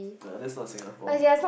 ah that's not Singapore